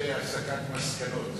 זה הסקת מסקנות,